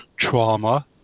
trauma